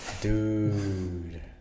Dude